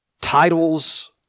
titles